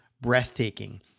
breathtaking